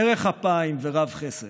ארך אפיים ורב-חסד.